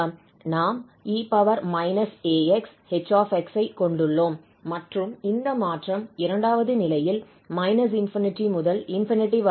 நாம் 𝑒−𝑎𝑥𝐻𝑥 ஐ கொண்டுள்ளோம் மற்றும் இந்த மாற்றம் இரண்டாவது நிலையில் −∞ முதல் ∞ வரை இருக்கும்